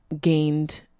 gained